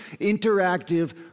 interactive